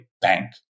bank